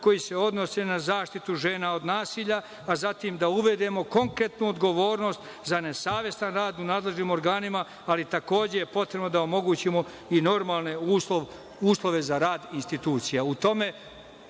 koji se odnose na zaštitu žena od nasilja, a zatim da uvedemo konkretnu odgovornost za nesavestan rad u nadležnim organima, ali takođe je potrebno da omogućimo i normalne uslove za rad institucija.